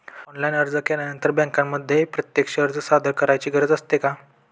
Online अर्ज केल्यानंतर बँकेमध्ये प्रत्यक्ष अर्ज सादर करायची गरज असते का?